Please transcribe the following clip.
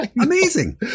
Amazing